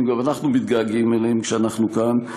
גם אנחנו מתגעגעים אליהם כשאנחנו כאן,